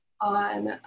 on